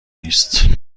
نیست